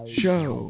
show